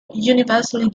universally